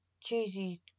cheesy